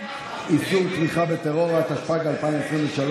איסור תמיכה בטרור), התשפ"ג 2023,